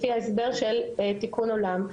לפי ההסבר של תיקון עולם,